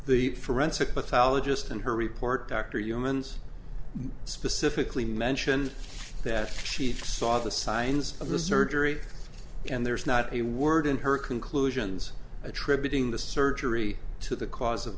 the forensic pathologist in her report dr yeomans specifically mentioned that she saw the signs of the surgery and there is not a word in her conclusions attributing the surgery to the cause of